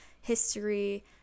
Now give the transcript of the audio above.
history